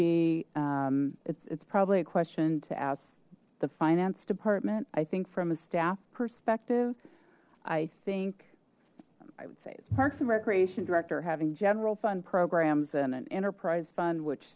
be it's it's probably a question to ask the finance department i think from a staff perspective i think i would say it's parks and recreation director having general fund programs and an enterprise fund which